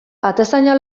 atezaina